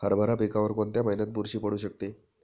हरभरा पिकावर कोणत्या महिन्यात बुरशी पडू शकते?